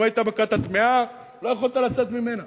אם היית בכת הטמאה, לא יכולת לצאת ממנה.